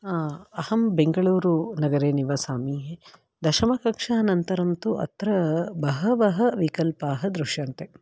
अहं बेङ्गलूरुनगरे निवसामि दशमकक्षानन्तरं तु अत्र बहवः विकल्पाः दृश्यन्ते